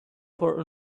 for